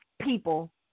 people